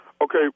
Okay